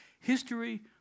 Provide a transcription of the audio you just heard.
History